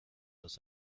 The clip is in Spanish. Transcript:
los